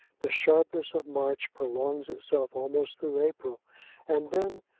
the sharpness of march prolongs itself almost through april and then,